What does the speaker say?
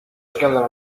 scandalo